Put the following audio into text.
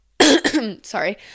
sorry